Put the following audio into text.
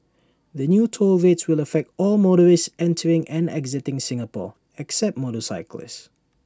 the new toll rates will affect all motorists entering and exiting Singapore except motorcyclists